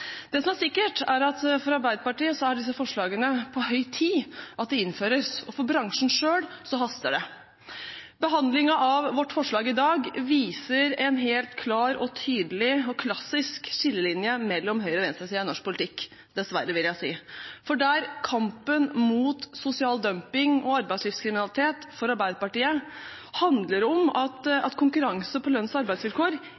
det kommer for tidlig. Det som er sikkert, er at for Arbeiderpartiet er det på høy tid at disse forslagene innføres, og for bransjen selv haster det. Behandlingen av vårt forslag i dag viser en helt klar, tydelig og klassisk skillelinje mellom høyre- og venstresiden i norsk politikk – dessverre, vil jeg si. For Arbeiderpartiet handler kampen mot sosial dumping og arbeidslivskriminalitet